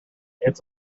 it’s